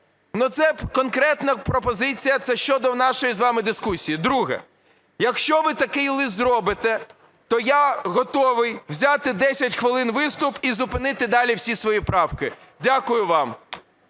Це конкретна пропозиція, це щодо нашої з вами дискусії. Друге. Якщо ви такий лист зробите, то я готовий взяти 10 хвилин виступ і зупинити далі всі свої правки. Дякую вам.